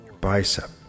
bicep